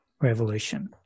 revolution